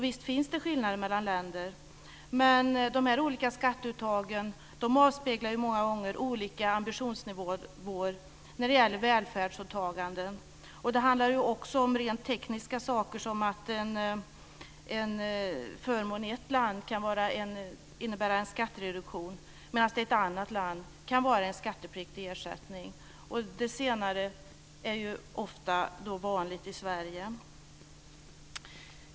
Visst finns det skillnader mellan länder, men de olika skatteuttagen avspeglar många gånger olika ambitionsnivåer när det gäller välfärdsåtaganden. Det handlar också om rent tekniska förhållanden, som att en förmån i ett land kan ha formen av en skattereduktion medan den i ett annat land kan vara en skattepliktig ersättning. Det senare är ju ofta förekommande i Sverige.